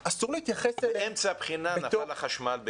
אם באמצע הבחינה נפל החשמל בדימונה?